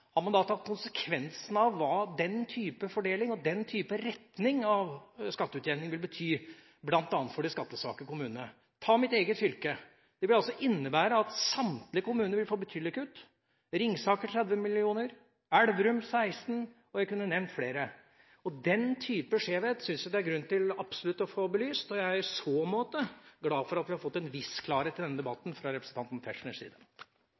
har man da tatt konsekvensen av hva den type fordeling og retning av skatteutjevningen vil bety, bl.a. for de skattesvake kommunene? For å ta mitt eget fylke: Det ville innebære at samtlige kommuner får betydelige kutt – Ringsaker 30 mill. kr, Elverum 16 mill. kr, og jeg kunne nevnt flere. Den type skjevhet synes jeg absolutt det er grunn til å få belyst. Jeg er i så måte glad for at vi fra representanten Tetzschners side har fått en viss klarhet i denne